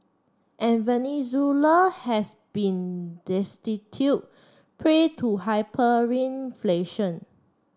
and Venezuela has been destitute prey to hyperinflation